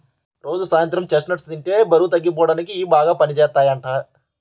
రోజూ సాయంత్రం చెస్ట్నట్స్ ని తింటే బరువు తగ్గిపోడానికి ఇయ్యి బాగా పనిజేత్తయ్యంట